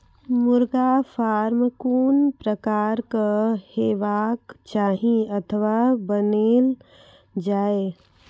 मुर्गा फार्म कून प्रकारक हेवाक चाही अथवा बनेल जाये?